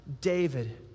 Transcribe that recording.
David